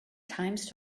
times